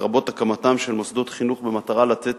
לרבות הקמתם של מוסדות חינוך במטרה לתת